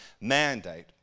mandate